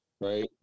right